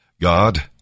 God